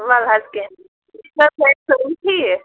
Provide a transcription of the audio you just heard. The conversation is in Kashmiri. وَلہٕ حظ کیٚنٛہہ یہِ چھَ حظ گرِ پَران ٹھیٖک